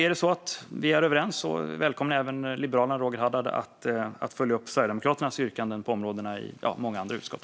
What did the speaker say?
Är det så att vi är överens välkomnar jag även Liberalerna och Roger Haddad att följa upp Sverigedemokraternas yrkanden på området och också i andra utskott.